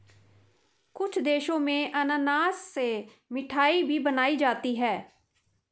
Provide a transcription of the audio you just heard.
कुछ देशों में अनानास से मिठाई भी बनाई जाती है